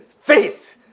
faith